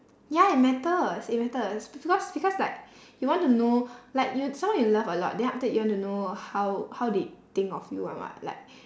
ya it matters it matters because because like you want to know like you someone you love a lot then after that you want to know how how they think of you [one] [what] like